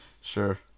Sure